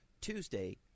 Tuesday